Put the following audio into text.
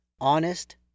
Honest